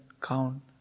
count